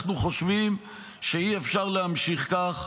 אנחנו חושבים שאי-אפשר להמשיך כך